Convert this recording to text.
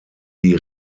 die